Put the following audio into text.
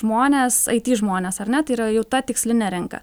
žmones it žmones ar ne tai yra jau ta tikslinė rinka